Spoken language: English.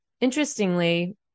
interestingly